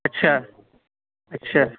اچھا اچھا